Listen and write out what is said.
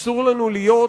אסור לנו להיות